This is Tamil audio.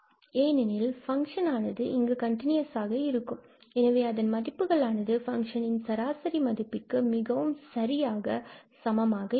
ஏனெனில் ஃபங்ஷன் ஆனது இங்கு கன்டினுயஸாக இருக்கும் எனவே அதன் மதிப்புகள் ஆனது ஃபங்க்ஷன் இன் சராசரி மதிப்பிற்கு மிகவும் சரியாக சமமாக இருக்கும்